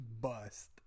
bust